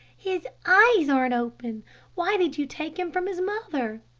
his eyes aren't open why did you take him from his mother?